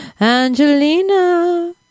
Angelina